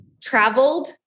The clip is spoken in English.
traveled